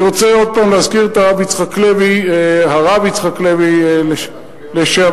אני רוצה עוד פעם להזכיר את הרב יצחק לוי, לשעבר,